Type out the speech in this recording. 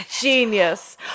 genius